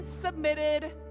submitted